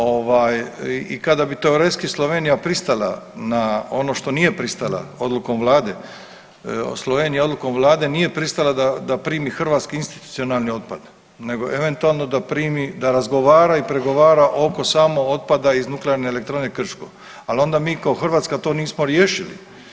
Ovaj i kada bi teoretski Slovenija pristala na ono što nije pristala odlukom vlade, Slovenija odlukom vlade nije pristala da, da primi hrvatski institucionalni otpad, nego eventualno da razgovora i pregovara oko samo otpada iz Nuklearne elektrane Krško, al onda mi to kao Hrvatska to nismo riješili.